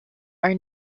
are